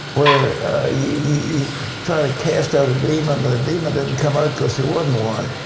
where you try to cast out a demon and the demon doesn't come out because there wasn't one.